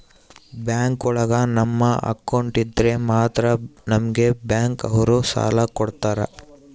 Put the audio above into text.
bank ಒಳಗ ನಮ್ account ಇದ್ರೆ ಮಾತ್ರ ನಮ್ಗೆ ಬ್ಯಾಂಕ್ ಅವ್ರು ಸಾಲ ಕೊಡ್ತಾರ